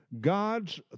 God's